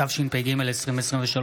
התשפ"ג 2023,